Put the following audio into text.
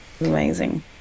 amazing